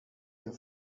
your